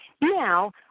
now